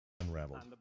Unraveled